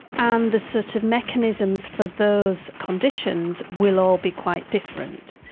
and the sort of mechanisms for those conditions will all be quite different.